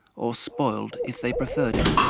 or spoiled if they preferred it.